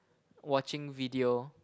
watching video